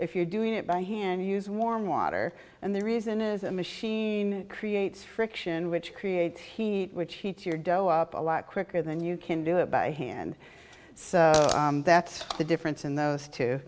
if you're doing it by hand use warm water and the reason is a machine creates friction which creates heat which heats your dough up a lot quicker than you can do it by hand so that's the difference in those t